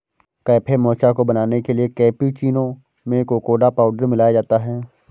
cafe mocha को बनाने के लिए कैप्युचीनो में कोकोडा पाउडर मिलाया जाता है